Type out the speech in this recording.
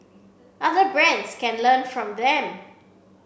other brands can learn from them